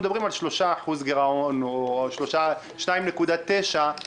מדברים על 3% גירעון או על 2.9% גירעון,